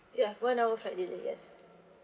ya one hour flight delay yes